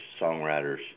songwriters